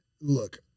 Look